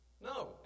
No